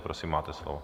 Prosím, máte slovo.